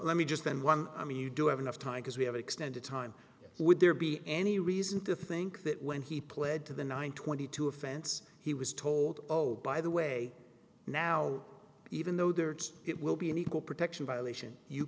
let me just then one i mean you do have enough time because we have extended time would there be any reason to think that when he pled to the nine twenty two offense he was told oh by the way now even though they're just it will be an equal protection violation you